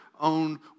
own